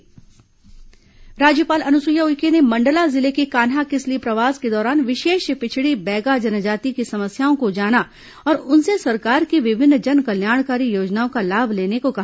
राज्यपाल बैगा जनजाति राज्यपाल अनुसुईया उइके ने मंडला जिले के कान्हा किसली प्रवास के दौरान विशेष बिछड़ी बैगा जनजाति की समस्याओं को जाना और उनसे सरकार की विभिन्न जन कल्याणकारी योजनाओं का लाभ लेने को कहा